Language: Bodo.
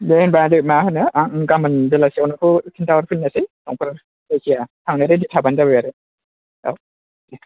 दे होनबा आदै मा होनो आं गाबोन बेलासियाव नोंखौ खिन्था हरफिननोसै समफोर जायखिजाया थांनो रेडि थाबानो जाबाय आरो औ